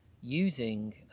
using